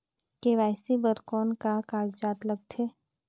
KYC बर कौन का कागजात लगथे?